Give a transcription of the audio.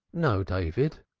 no. david,